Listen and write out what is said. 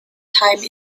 time